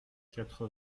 quatre